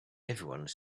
everyone